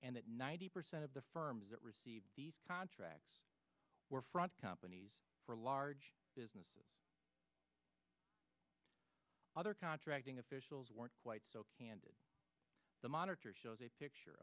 and that ninety percent of the firms that received these contracts were front companies for large business other contracting officials weren't quite so candid the monitor shows a picture